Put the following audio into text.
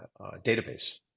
database